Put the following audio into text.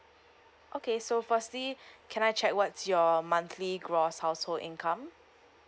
okay so firstly can I check what's your monthly gross household income